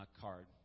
card